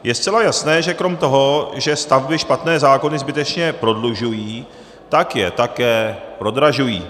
Je zcela jasné, že krom toho, že stavby špatné zákony zbytečně prodlužují, tak je také prodražují.